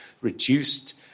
reduced